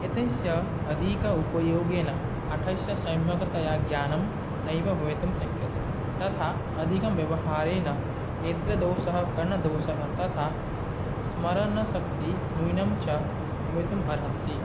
एतस्य अधिक उपयोगेन पाठस्य सम्यक्तया ज्ञानं नैव भवितुं शक्यते तथा अधिकव्यवहारेण नेत्रदोषः कर्णदोषः तथा स्मरणशक्तिः न्यूना च भवितुम् अर्हति